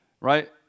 right